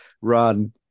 run